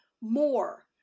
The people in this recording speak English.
more